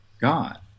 God